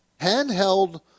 handheld